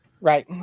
Right